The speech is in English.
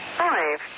five